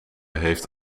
heeft